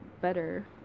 better